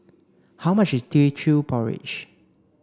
how much is Teochew Porridge